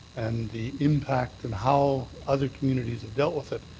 and the impact and how other communities had dealt with it.